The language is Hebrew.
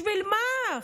בשביל מה?